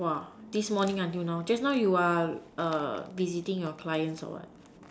!wah! this morning until now just now you are visiting your clients or what